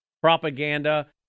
propaganda